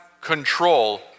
control